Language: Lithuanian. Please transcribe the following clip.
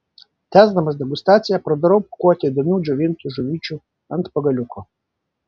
tęsdamas degustaciją pradarau pakuotę įdomių džiovintų žuvyčių ant pagaliuko